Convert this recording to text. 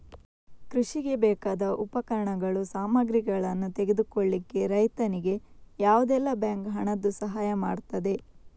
ಕೃಷಿಗೆ ಬೇಕಾದ ಉಪಕರಣಗಳು, ಸಾಮಗ್ರಿಗಳನ್ನು ತೆಗೆದುಕೊಳ್ಳಿಕ್ಕೆ ರೈತನಿಗೆ ಯಾವುದೆಲ್ಲ ಬ್ಯಾಂಕ್ ಹಣದ್ದು ಸಹಾಯ ಮಾಡ್ತದೆ?